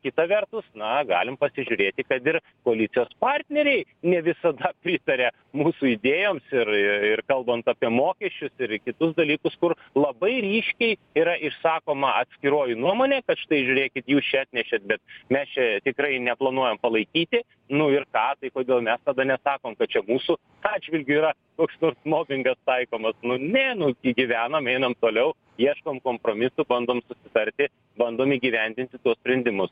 kita vertus na galim pasižiūrėti kad ir koalicijos partneriai ne visada pritaria mūsų idėjoms ir ir kalbant apie mokesčius ir kitus dalykus kur labai ryškiai yra išsakoma atskiroji nuomonė kad štai žiūrėkit jūs čia atnešėt bet mes čia tikrai neplanuojam palaikyti nu ir ką tai kodėl mes tada nesakom kad čia mūsų atžvilgiu yra koks nors mobingas taikomas nu ne nu gi gyvenam einam toliau ieškom kompromisų bandom susitarti bandom įgyvendinti tuos sprendimus